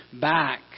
back